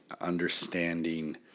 understanding